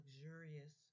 luxurious